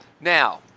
Now